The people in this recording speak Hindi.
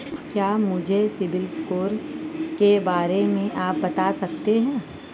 क्या मुझे सिबिल स्कोर के बारे में आप बता सकते हैं?